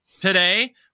today